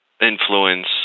influence